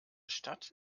stadt